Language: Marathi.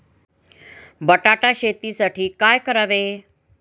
बटाटा शेतीसाठी काय करावे?